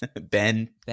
Ben